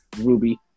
Ruby